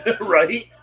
right